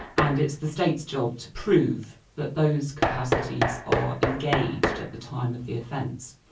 and it's the state's job to prove that those capacities are engaged at the time of the offence.